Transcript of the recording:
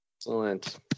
Excellent